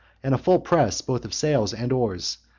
and a full press both of sails and oars,